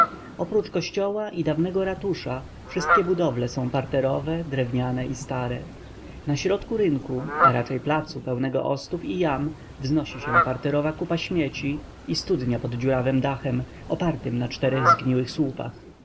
oprócz kościoła i dawnego ratusza wszystkie budowle są parterowe drewniane i stare na środku rynku a raczej placu pełnego ostów i jam wznosi się piętrowa kupa śmieci i studnia pod dziurawym dachem opartym na czterech zgniłych słupach